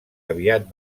aviat